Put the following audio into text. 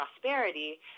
prosperity